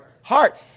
Heart